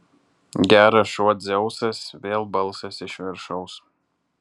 geras šuo dzeusas vėl balsas iš viršaus